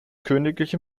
königliche